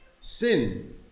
sin